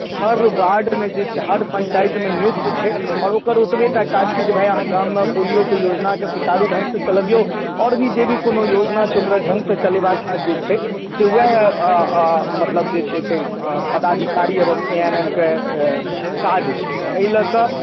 हर वार्डमे छै हर पञ्चायतमे नियुक्त छै आओर ओकर ओतबए टा काज छै जे भाय अहाँ गाममे पोलियोके योजनाकेँ सुचारू ढङ्गसँ चलबियौ आओर भी जे भी कोनो योजना छै ओकरा ढङ्गसँ चलेबाक काज जे छै से उएह मतलब जे छै से पदाधिकारी एवं ए एन एम के काज छै तऽ एहि लऽ कऽ